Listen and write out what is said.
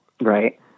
right